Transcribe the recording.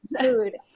Food